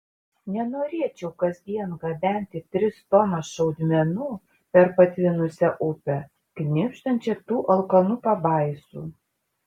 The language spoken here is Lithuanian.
nenorėčiau kasdien gabenti tris tonas šaudmenų per patvinusią upę knibždančią tų alkanų pabaisų